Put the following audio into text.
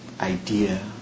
idea